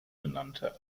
genannte